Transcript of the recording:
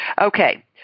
Okay